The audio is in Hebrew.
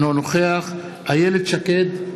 אינו נוכח איילת שקד,